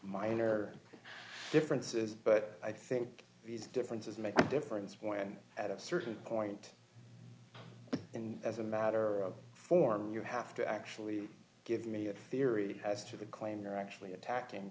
minor differences but i think these differences make a difference when at a certain point and as a matter of form you have to actually give me a theory as to the claim you're actually attack